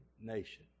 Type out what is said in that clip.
nation